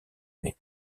mai